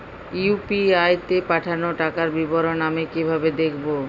UPI তে পাঠানো টাকার বিবরণ আমি কিভাবে দেখবো?